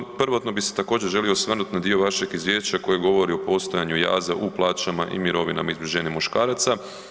Prvotno, prvobitno bi se također želio osvrnut na dio vašeg izvješća koji govori o postojanju jaza u plaćama i mirovinama između žena i muškaraca.